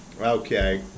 Okay